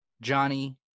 Johnny